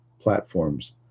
platforms